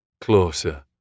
closer